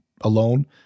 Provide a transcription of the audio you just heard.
alone